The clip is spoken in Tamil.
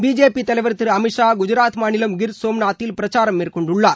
பிஜேபி தலைவர் திரு அமித் ஷா குஜராத் மாநிலம் கிர் சோம்நாத்தில் பிரச்சாரம் மேற்கொண்டுள்ளார்